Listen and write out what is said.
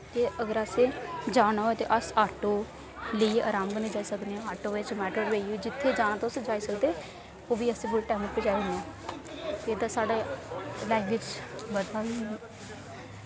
ते अगर असें जाना होऐ ते अस आटो लेइयै आराम कन्नै जाई सकने आं आटो मैटाडोर च बेहियै जित्थै जाना तुस जाई सकदे ओ असें पूरे टाइमे पजाइना ए तां साढ़े